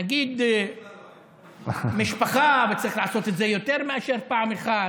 נגיד משפחה, וצריך לעשות את זה יותר מפעם אחת,